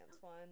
one